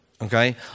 Okay